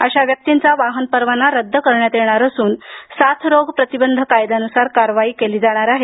अशा व्यक्तींचा वाहन परवाना रद्द करण्यात येणार असून साथरोग प्रतिबंध कायद्यानुसार कारवाई केली जाणार आहे